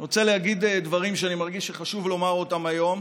אני רוצה להגיד דברים שאני מרגיש שחשוב לומר אותם היום.